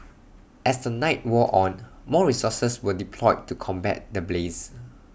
as the night wore on more resources were deployed to combat the blaze